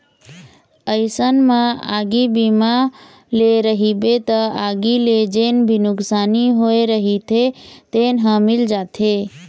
अइसन म आगी बीमा ले रहिबे त आगी ले जेन भी नुकसानी होय रहिथे तेन ह मिल जाथे